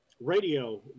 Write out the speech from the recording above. radio